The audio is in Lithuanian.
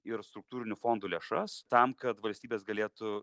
ir struktūrinių fondų lėšas tam kad valstybės galėtų